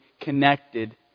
connected